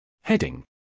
Heading